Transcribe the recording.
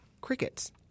crickets